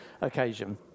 occasion